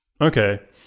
Okay